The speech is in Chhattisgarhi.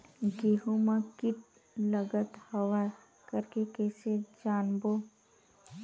गेहूं म कीट लगत हवय करके कइसे जानबो?